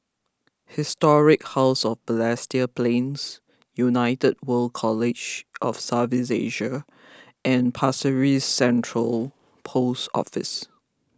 Historic House of Balestier Plains United World College of South East Asia and Pasir Ris Central Post Office